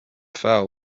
fell